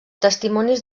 testimonis